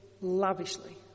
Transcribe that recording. lavishly